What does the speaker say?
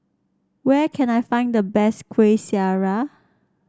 where can I find the best Kuih Syara